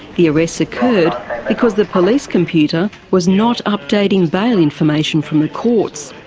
the arrests occurred because the police computer was not updating bail information from the courts.